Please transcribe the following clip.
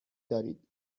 دارید